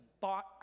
bought